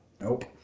Nope